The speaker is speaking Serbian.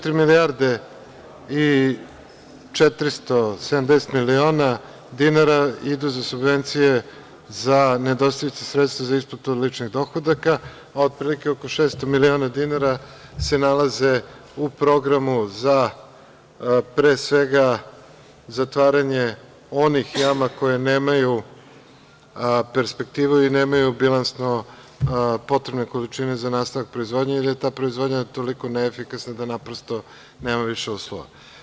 Četiri milijarde i 470 miliona dinara idu za subvencije za nedostajuća sredstva za isplatu ličnih dohodaka, a otprilike oko 600 miliona dinara se nalaze u programu za zatvaranje onih jama koje nemaju perspektivu i nemaju bilansno potrebne količine za nastavak proizvodnje, jer je ta proizvodnja toliko neefikasna da naprosto nema više uslova.